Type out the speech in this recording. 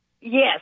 Yes